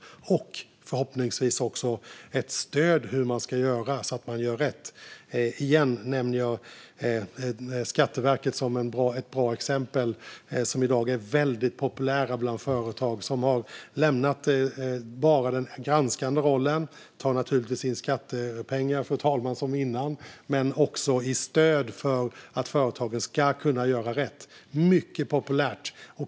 De ska förhoppningsvis också vara ett stöd i hur man ska göra så att man gör rätt. Jag nämner igen Skatteverket som ett bra exempel. Det är i dag väldigt populärt bland företag. Det har lämnat att bara ha den granskande rollen. Det tar naturligtvis in skattepengar som innan, fru talman. Men det ger också stöd för att företagen ska kunna göra rätt. Det är mycket populärt.